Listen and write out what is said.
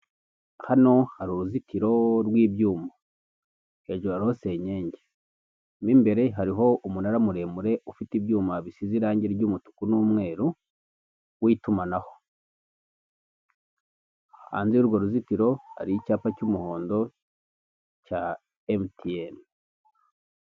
Hano hari uruzitiro rw'ibyuma hejuru hariho senyenge, mo imbere hariho umunara muremure ufite ibyuma bisize irangi ry'umutuku n'umweru w'itumanaho hanze yurwo ruzitiro hari icyapa cy'umuhondo cya emutiyeni.